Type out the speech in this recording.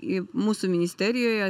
į mūsų ministerijoje